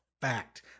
fact